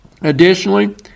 Additionally